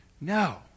No